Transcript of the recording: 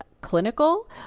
clinical